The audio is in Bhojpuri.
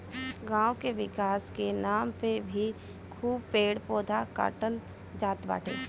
गांव के विकास के नाम पे भी खूब पेड़ पौधा काटल जात बाटे